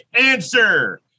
answer